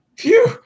Phew